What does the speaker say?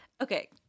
okay